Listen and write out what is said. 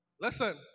Listen